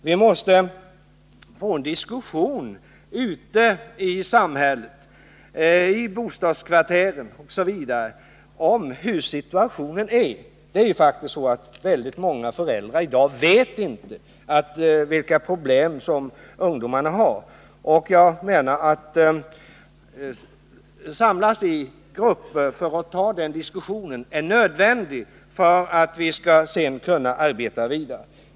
Vi måste få till stånd en diskussion ute i samhället, i bostadskvarteren osv. om hur situationen är. Väldigt många föräldrar vet faktiskt inte om vilka problem ungdomarna har. Jag menar att det för att vi skall kunna arbeta vidare är nödvändigt att människor samlas i grupper och tar upp den diskussionen.